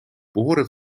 behoren